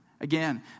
Again